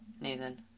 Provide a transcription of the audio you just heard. Nathan